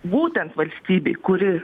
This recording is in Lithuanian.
būtent valstybei kuri